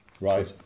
right